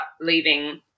leaving